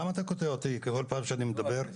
למה אתה קוטע אותי כל פעם שאני מדבר?